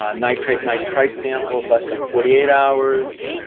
ah nitrate nitrite samples, less than forty eight hours,